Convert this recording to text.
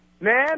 man